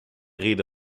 rede